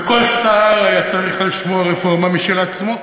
וכל שר היה צריך על שמו רפורמה משל עצמו,